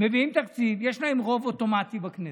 מביאים תקציב, יש להם רוב אוטומטי בכנסת.